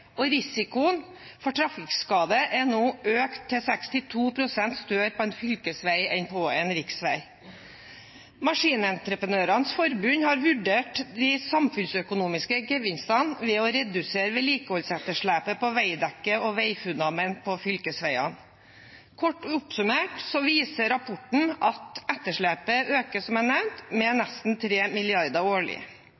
og risikoen for trafikkskade er nå økt til å være 62 pst. større på en fylkesvei enn på en riksvei. Maskinentreprenørenes Forbund har vurdert de samfunnsøkonomiske gevinstene ved å redusere vedlikeholdsetterslepet på veidekke og veifundament på fylkesveiene. Kort oppsummert viser rapporten at etterslepet øker, som jeg nevnte, med